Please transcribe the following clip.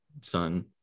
son